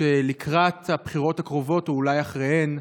שלקראת הבחירות הקרובות, או אולי אחריהן,